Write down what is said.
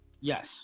Yes